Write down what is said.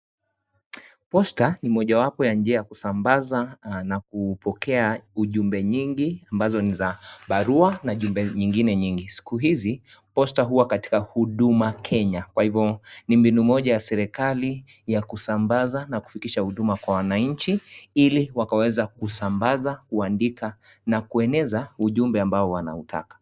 Posta ni mojawapo ya njia ya kusambaza na kupokea ujumbe nyingi ambazo ni za barua na jumbe nyingine nyingi, siku hizi posta huwa katika huduma Kenya kwa hivyo ni mbinu moja ya serikali ya kusambaza na kufikisha huduma kwa wananchi ili wakaweze kusambaza, kuandika na kueneza ujumbe ambao wanautaka.